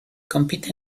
compite